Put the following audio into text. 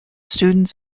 students